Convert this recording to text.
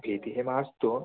भीतिः मास्तु